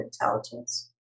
intelligence